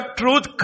truth